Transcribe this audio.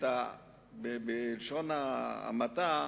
בלשון המעטה,